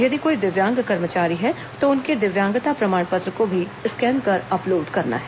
यदि कोई दिव्यांग कर्मचारी है तो उनके दिव्यांगता प्रमाण पत्र को भी स्केन कर अपलोड करना है